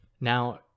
now